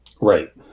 Right